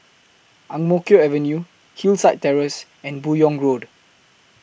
Ang Mo Kio Avenue Hillside Terrace and Buyong Road